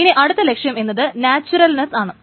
ഇനി അടുത്ത ലക്ഷ്യം എന്നത് നാച്വറൽനസാണ്